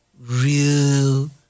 real